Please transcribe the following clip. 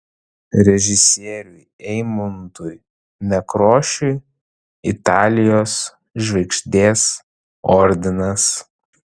režisieriui eimuntui nekrošiui italijos žvaigždės ordinas